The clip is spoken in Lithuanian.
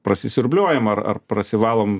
prasisiurbliuojam ar prasivalom